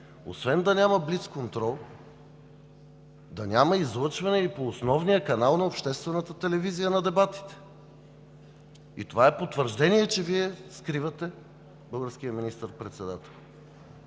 освен да няма блицконтрол, да няма и излъчване на дебатите по основния канал на обществената телевизия. И това е потвърждение, че Вие скривате българския министър-председател.